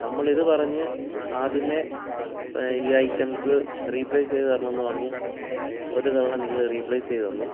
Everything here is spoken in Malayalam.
നമ്മളിത് പറഞ്ഞ് ആദ്യമേ ഈ ഐറ്റംസ് റീപ്ലേസ് ചെയ്ത് തരണമെന്ന് പറഞ്ഞ് ഒരു തവണ നിങ്ങൾ റീപ്ലേസ് ചെയ്ത് തന്നു